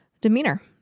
demeanor